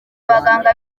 abaganga